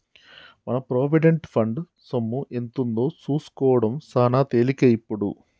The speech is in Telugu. మన ప్రొవిడెంట్ ఫండ్ సొమ్ము ఎంతుందో సూసుకోడం సాన తేలికే ఇప్పుడు